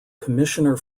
commissioner